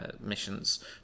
missions